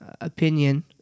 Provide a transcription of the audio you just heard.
opinion